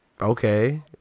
Okay